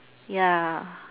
ya